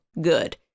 good